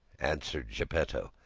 answered geppetto.